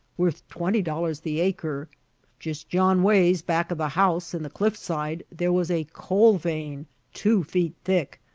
worth twenty dollars the acre jist yon ways, back of the house, in the cliff-side, there was a coal vein two feet thick,